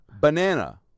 Banana